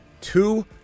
two